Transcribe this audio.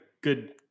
good